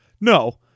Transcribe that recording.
No